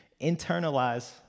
internalize